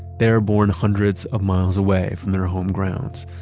they are born hundreds of miles away from their home grounds,